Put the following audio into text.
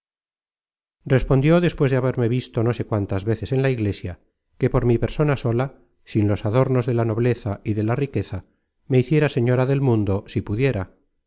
respondió despues de haberme visto no sé cuántas veces en la iglesia que por mi persona sola sin los adornos de la nobleza y de la riqueza me hiciera señora del mundo si pudiera